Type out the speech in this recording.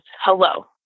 hello